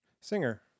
singer